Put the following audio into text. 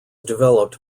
developed